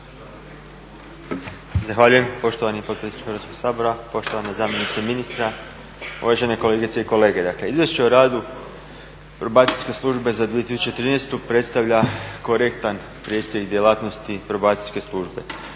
Zahvaljujem poštovani potpredsjedniče Hrvatskog sabora, poštovane zamjenice ministra, uvažene kolegice i kolege. Dakle, Izvješće o radu probacijske službe za 2013. predstavlja korektan presjek djelatnosti probacijske službe.